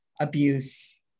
abuse